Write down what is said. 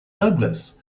douglas